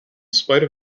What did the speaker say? spite